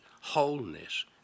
wholeness